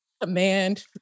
command